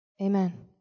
Amen